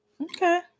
Okay